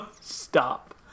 Stop